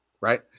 Right